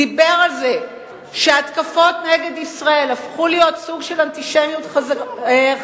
דיבר על זה שההתקפות נגד ישראל הפכו להיות סוג של אנטישמיות חדשה,